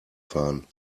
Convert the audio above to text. fahren